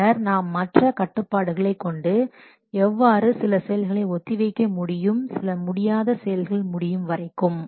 பின்னர் நாம் மற்ற கட்டுப்பாடுகளை கொண்டு எவ்வாறு சில செயல்களை ஒத்திவைக்க முடியும் சில முடியாத செயல்கள் முடியும் வரைக்கும்